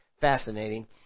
Fascinating